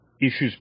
issues